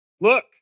Look